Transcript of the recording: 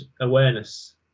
awareness